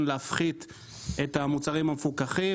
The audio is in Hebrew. להפחית את המחיר של המוצרים המפוקחים.